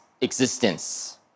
existence